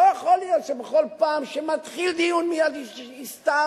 לא יכול להיות שבכל פעם שמתחיל דיון, מייד יסתערו.